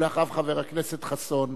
אחריו, חבר הכנסת חסון.